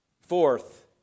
fourth